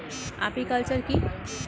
Apiculture কি?